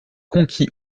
conquis